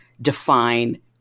define